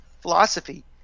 philosophy